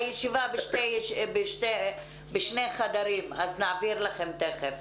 הישיבה מתנהלת בשני חדרים אז נעביר לכם תכף.